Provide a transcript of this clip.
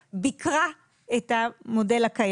שיפור קליני ועיצוב שינוי של ממש בדימוי האישי.